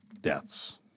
deaths